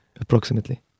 approximately